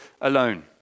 alone